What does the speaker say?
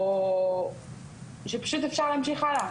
או שפשוט אפשר להמשיך הלאה.